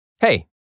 Hey